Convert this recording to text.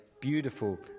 beautiful